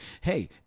Hey